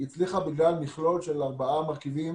היא הצליחה בכלל מכלול של ארבעה מרכיבים